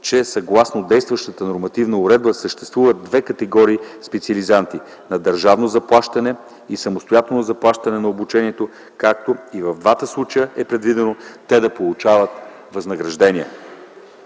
че съгласно действащата нормативна уредба съществуват две категории специализанти – на държавно заплащане и самостоятелно заплащане на обучението, като и в двата случая е предвидено те да получават възнаграждение.